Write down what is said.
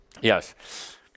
yes